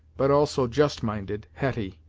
but also just-minded hetty,